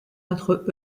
entre